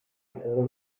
allen